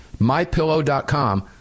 MyPillow.com